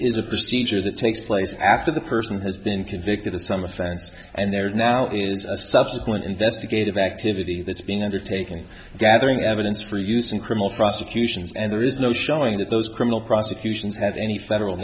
is a procedure that takes place after the person has been convicted of some offense and there is now is a subsequent investigative activity that's being undertaken gathering evidence for use in criminal prosecutions and there is no showing that those criminal prosecutions have any federal